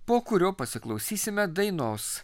po kurio pasiklausysime dainos